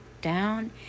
down